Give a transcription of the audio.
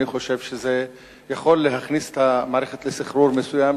אני חושב שזה יכול להכניס את המערכת לסחרור מסוים,